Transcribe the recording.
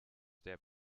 der